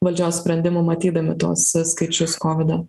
valdžios sprendimų matydami tuos skaičius kovido